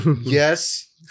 Yes